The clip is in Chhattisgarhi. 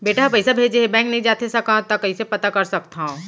बेटा ह पइसा भेजे हे बैंक नई जाथे सकंव त कइसे पता कर सकथव?